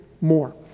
more